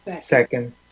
Second